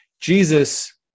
Jesus